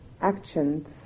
actions